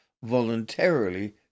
voluntarily